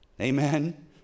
Amen